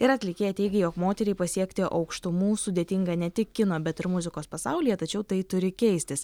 ir atlikėja teigė jog moteriai pasiekti aukštumų sudėtinga ne tik kino bet ir muzikos pasaulyje tačiau tai turi keistis